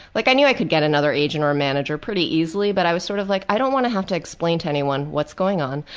like i knew i could get another agent or manager pretty easily but i was sort of like, i don't want to have to explain to anyone what's going on.